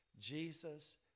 Jesus